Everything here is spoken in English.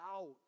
out